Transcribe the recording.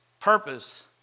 purpose